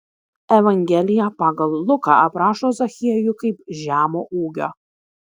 evangelija pagal luką aprašo zachiejų kaip žemo ūgio